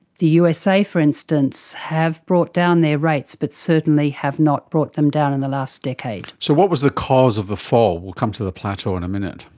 the usa, for instance, have brought down their rates but certainly have not brought them down in the last decade. so what was the cause of the fall? we will come to the plateau in a minute.